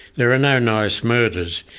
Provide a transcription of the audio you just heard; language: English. there are no nice murders,